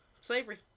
slavery